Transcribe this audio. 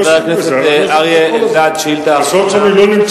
חבר הכנסת אריה אלדד, שאילתא אחרונה.